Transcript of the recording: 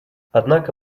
однако